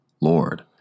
Lord